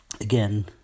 again